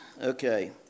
Okay